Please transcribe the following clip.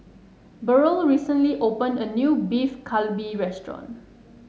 Burrel recently opened a new Beef Galbi restaurant